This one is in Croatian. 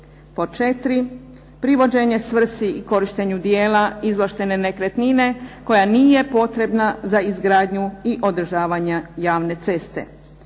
Pod četiri privođenje svrsi i korištenju dijela izvlaštene nekretnine koja nije potrebna za izgradnju i održavanje javne ceste.